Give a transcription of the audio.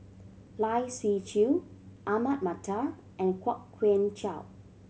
Lai Siu Chiu Ahmad Mattar and Kwok Kian Chow